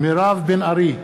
מירב בן ארי,